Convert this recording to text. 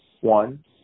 One